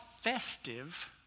festive